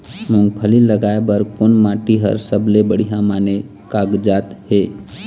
मूंगफली लगाय बर कोन माटी हर सबले बढ़िया माने कागजात हे?